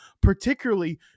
particularly